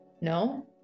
No